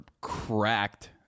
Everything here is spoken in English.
cracked